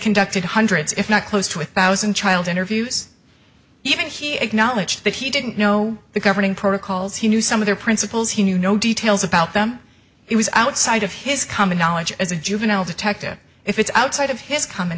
conducted hundreds if not close to a thousand child interviews even he acknowledged that he didn't know the governing protocols he knew some of their principles he knew no details about them he was outside of his coming knowledge as a juvenile detective if it's outside of his com